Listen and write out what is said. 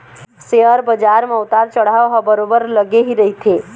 share बजार म उतार चढ़ाव ह बरोबर लगे ही रहिथे